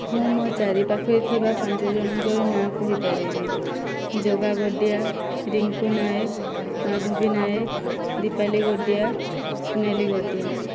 ମୁଁ ମୋ' ଚାରି ପାଖରେ ଥିବା ପାଞ୍ଚ ଜଣଙ୍କର ନାଁ କହିପାରିବି ଜଗା ଗୋଟିଆ ରିଙ୍କୁ ନାୟକ ମାଧବୀ ନାୟକ ଦୀପାଲି ଗୋଟିଆ ସୋନାଲୀ ଗୋଟିଆ